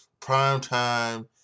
Primetime